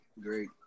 Great